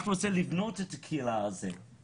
אנחנו צריכים לבנות את הקהילה הזאת.